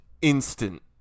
instant